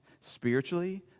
spiritually